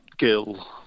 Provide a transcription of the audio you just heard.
Gill